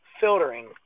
filtering